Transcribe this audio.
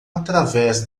através